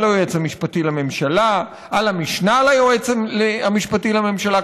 על היועץ המשפטי לממשלה,